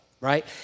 right